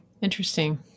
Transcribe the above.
Interesting